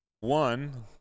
one